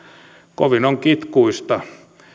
kovin on kitkuista